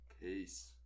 Peace